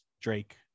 Drake